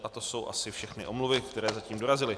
A to jsou asi všechny omluvy, které zatím dorazily.